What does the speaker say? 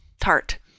tart